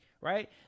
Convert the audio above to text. right